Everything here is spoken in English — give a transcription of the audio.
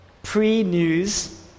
pre-news